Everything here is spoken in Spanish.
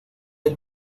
del